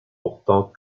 pourtant